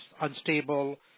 unstable